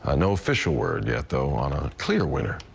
ah no official word yet though on a clear winner.